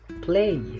Play